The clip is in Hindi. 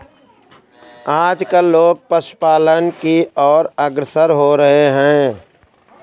आजकल लोग पशुपालन की और अग्रसर हो रहे हैं